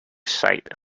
site